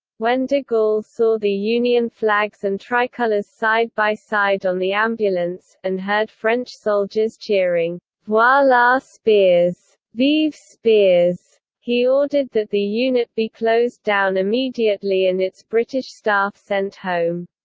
when de gaulle saw the union flags and tricolours side by side on the ambulance, and heard french soldiers cheering, voila spears! vive spears, he ordered that the unit be closed down immediately and its british staff sent home.